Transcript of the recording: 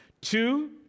Two